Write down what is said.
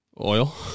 Oil